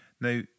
Now